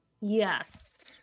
Yes